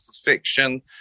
fiction